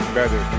better